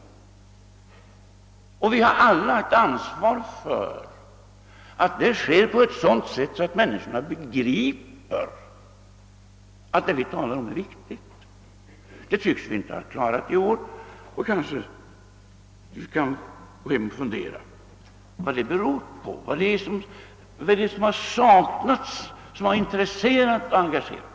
Vi har alla ett ansvar för att det sker på sådant sätt att människor begriper att det vi talar om är viktigt. Det tycks vi inte ha klarat i år, och kanske kan vi gå hem och fundera över vad det beror på, vad det är som har saknats som skulle ha kunnat intressera och engagera.